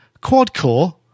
quad-core